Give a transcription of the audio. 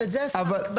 אבל את זה השר יקבע.